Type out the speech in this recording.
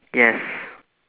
yes